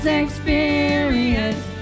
experience